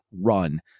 run